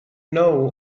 know